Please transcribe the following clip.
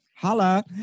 Holla